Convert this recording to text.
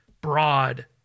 broad